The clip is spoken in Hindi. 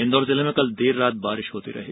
इंदौर जिले में कल देर रात बारिश होती रही